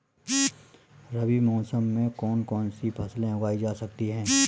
रबी मौसम में कौन कौनसी फसल उगाई जा सकती है?